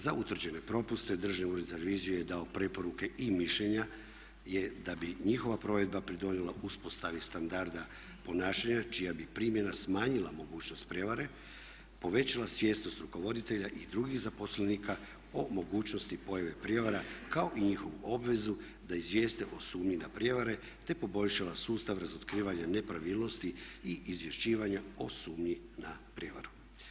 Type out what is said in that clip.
Za utvrđene propuste Državni ured za reviziju je dao preporuke i mišljenja je da bi njihova provedba pridonijela uspostavi standarda ponašanja čija bi primjena smanjila mogućnost prijevare, povećala svjesnost rukovoditelja i drugih zaposlenika o mogućnosti pojave prijevara kao i njihovu obvezu da izvijeste o sumnji na prijevare te poboljšala sustav razotkrivanja nepravilnosti i izvješćivanja o sumnji na prijevaru.